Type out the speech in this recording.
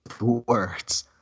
words